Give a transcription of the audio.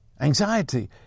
anxiety